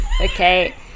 Okay